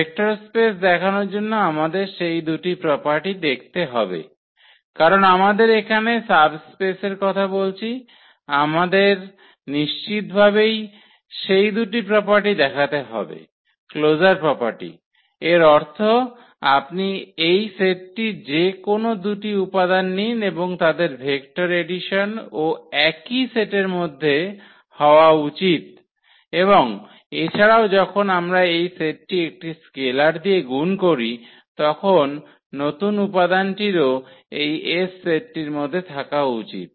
vector space দেখানোর জন্য আমাদের সেই দুটি প্রপার্টি দেখাতে হবে কারণ আমরা এখানে সাবস্পেসের কথা বলছি আমাদের নিশ্চিতভাবেই সেই দুটি প্রপার্টি দেখাতে হবে ক্লোজার প্রপার্টি এর অর্থ আপনি এই সেটটির যে কোনও দুটি উপাদান নিন এবং তাদের ভেক্টর এডিশন ও একই সেটের মধ্যে হওয়া উচিত এবং এছাড়াও যখন আমরা এই সেটটি একটি স্কেলার সংখ্যা দিয়ে গুণ করি তখন নতুন উপাদানটিরও এই S সেটটির মধ্যে থাকা উচিত